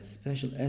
special